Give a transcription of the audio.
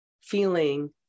feeling